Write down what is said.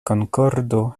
konkordo